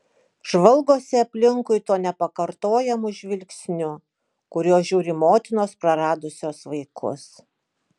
žvalgosi aplinkui tuo nepakartojamu žvilgsniu kuriuo žiūri motinos praradusios vaikus